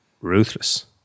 ruthless